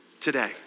Today